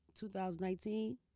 2019